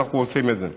אבל אנחנו עושים את זה.